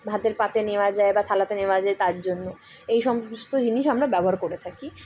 ভাতের পাতে নেওয়া যায় বা থালাতে নেওয়া যায় তার জন্য এই সমস্ত জিনিস আমরা ব্যবহার করে থাকি